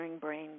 brain